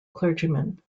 clergymen